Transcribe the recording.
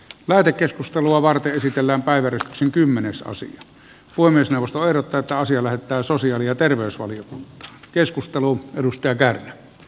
lähetekeskustelua varten esitellään päiväkeskuksen kymmenessä ossi on puhemiesneuvosto ehdottaa että asia lähetetään sosiaali ja terveysvaliokuntaan